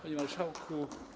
Panie Marszałku!